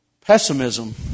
Pessimism